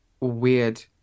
weird